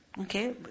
Okay